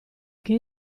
che